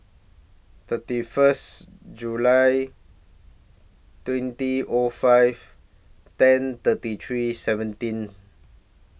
thirty First July twenty ought five ten thirty three seventeen